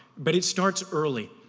but it starts early.